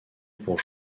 pour